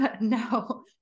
no